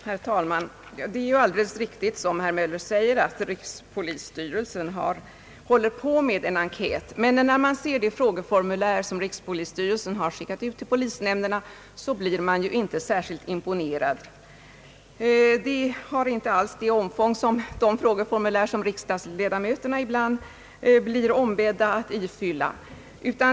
Herr talman! Det är alldeles riktigt som herr Möller säger att rikspolissty relsen håller på med en enkät. Men när man ser det frågeformulär som rikspolisstyrelsen skickat ut till polisnämnderna, så blir man inte särskilt imponerad. Det har inte alls samma omfång som de frågeformulär som riksdagsledamöterna ibland blir ombedda att ifylla.